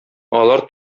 алар